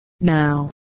now